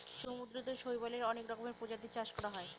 সমুদ্রতে শৈবালের অনেক রকমের প্রজাতির চাষ করা হয়